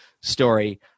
story